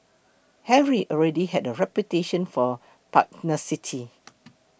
Harry already had a reputation for pugnacity